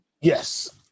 yes